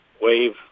wave